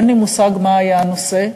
אין לי מושג מה היה הנושא,